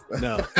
no